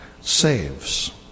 saves